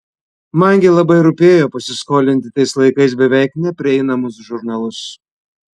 man gi labai rūpėjo pasiskolinti tais laikais beveik neprieinamus žurnalus